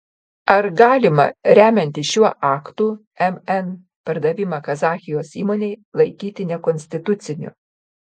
ar galima remiantis šiuo aktu mn pardavimą kazachijos įmonei laikyti nekonstituciniu